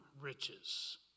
riches